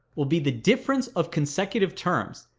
will be the difference of consecutive terms.